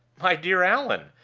my dear allan,